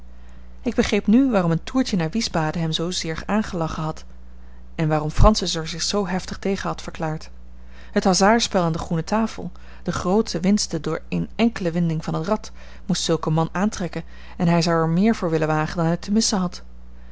ik begreep nu waarom een toertje naar wiesbaden hem zoo zeer aangelachen had en waarom francis er zich zoo heftig tegen had verklaard het hazardspel aan de groene tafel de groote winsten door eene enkele wending van het rad moest zulk een man aantrekken en hij zou er meer voor willen wagen dan hij te missen had